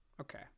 Okay